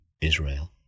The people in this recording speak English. Israel